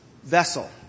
Vessel